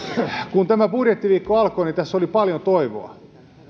kun tämä budjettiviikko alkoi tässä oli paljon toivoa